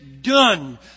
done